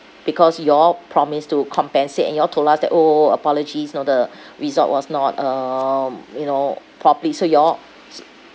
because you all promised to compensate and you all told us that orh orh apologies you know the resort was not um you know properly so you all